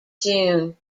june